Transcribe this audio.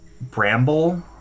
bramble